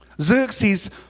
Xerxes